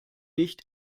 nicht